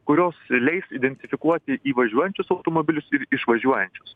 kurios leis identifikuoti įvažiuojančius automobilius ir išvažiuojančius